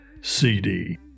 CD